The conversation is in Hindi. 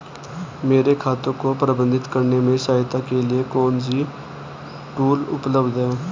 मेरे खाते को प्रबंधित करने में सहायता के लिए कौन से टूल उपलब्ध हैं?